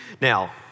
Now